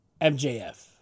MJF